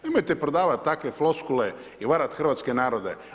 Nemojte prodavati takve floskule i varati hrvatske narode.